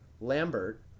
Lambert